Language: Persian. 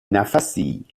نفسی